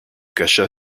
cacha